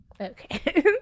okay